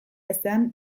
ezean